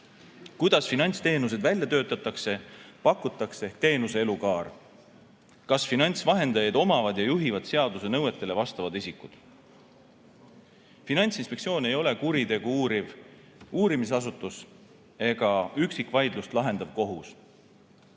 kuidas finantsteenuseid välja töötatakse ja pakutakse ehk teenuse elukaar; kas finantsvahendajaid omavad ja juhivad seaduse nõuetele vastavad isikud. Finantsinspektsioon ei ole kuritegusid uuriv uurimisasutus ega üksikvaidlusi lahendav kohus.